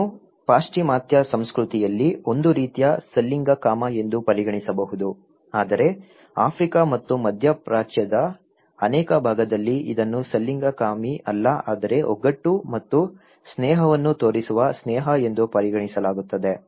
ಇದನ್ನು ಪಾಶ್ಚಿಮಾತ್ಯ ಸಂಸ್ಕೃತಿಯಲ್ಲಿ ಒಂದು ರೀತಿಯ ಸಲಿಂಗಕಾಮ ಎಂದು ಪರಿಗಣಿಸಬಹುದು ಆದರೆ ಆಫ್ರಿಕಾ ಮತ್ತು ಮಧ್ಯಪ್ರಾಚ್ಯದ ಅನೇಕ ಭಾಗದಲ್ಲಿ ಇದನ್ನು ಸಲಿಂಗಕಾಮಿ ಅಲ್ಲ ಆದರೆ ಒಗ್ಗಟ್ಟು ಮತ್ತು ಸ್ನೇಹವನ್ನು ತೋರಿಸುವ ಸ್ನೇಹ ಎಂದು ಪರಿಗಣಿಸಲಾಗುತ್ತದೆ